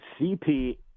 CP